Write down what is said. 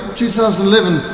2011